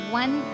one